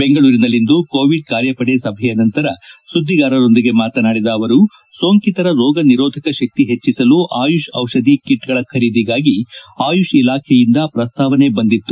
ಬೆಂಗಳೂರಿನಲ್ಲಿಂದು ಕೋವಿಡ್ ಕಾರ್ಯಪಡೆ ಸಭೆಯ ನಂತರ ಸುದ್ಲಿಗಾರರ ಜತೆ ಮಾತನಾಡಿದ ಅವರು ಸೋಂಕಿತರ ರೋಗ ನಿರೋಧಕ ಶಕ್ತಿ ಹೆಚ್ಚಿಸಲು ಆಯುಷ್ ದಿಷಧಿ ಕಿಟ್ ಗಳ ಖರೀದಿಗಾಗಿ ಆಯುಷ್ ಇಲಾಖೆಯಿಂದ ಪ್ರಸ್ತಾವನೆ ಬಂದಿತ್ತು